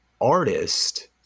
artist